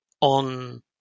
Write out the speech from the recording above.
on